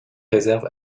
réserve